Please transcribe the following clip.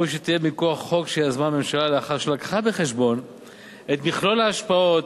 ראוי שתהיה מכוח חוק שיזמה הממשלה לאחר שהביאה בחשבון את מכלול ההשפעות